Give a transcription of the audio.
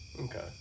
Okay